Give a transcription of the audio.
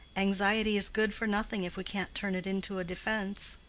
anxiety is good for nothing if we can't turn it into a defense.